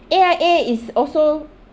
A_I_A is also